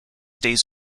days